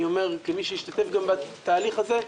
אני אומר כמי שהשתתף גם בתהליך הזה,